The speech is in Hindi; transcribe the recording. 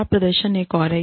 खराब प्रदर्शन एक और है